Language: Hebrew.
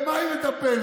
במה היא מטפלת?